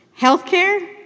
Healthcare